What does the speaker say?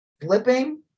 flipping